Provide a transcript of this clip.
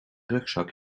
rugzak